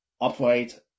operate